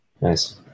Nice